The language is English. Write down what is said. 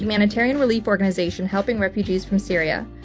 humanitarian relief organization helping refugees from syria.